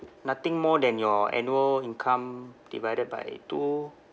nothing more than your annual income divided by two